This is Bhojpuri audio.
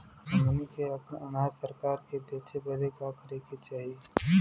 हमनी के आपन अनाज सरकार के बेचे बदे का करे के चाही?